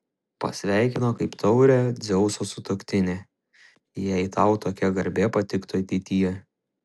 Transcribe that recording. pasveikino kaip taurią dzeuso sutuoktinę jei tau tokia garbė patiktų ateityje